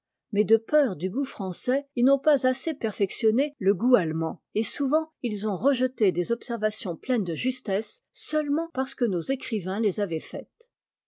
mais de peur du goût français ils n'ont pas assez perfectionné le goût allemand et souvent ils ont rejeté des observations pleines de justesse seulement parce que nos écrivains les avaient faites